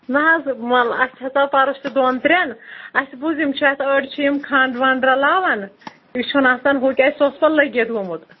نہ حظ مل اَسہِ ہسا پَرُس تہِ دۄن ترٛٮ۪ن اَسہِ بوٗز یِم چھِ اَتھ أڑۍ چھِ یِم کھَنٛڈ وَنٛڈ رَلاوَان یہِ چھُنہٕ آسان ہُہ کہِ اَسہِ سُہ اوس پَتہٕ لٔگِتھ گوٚمُت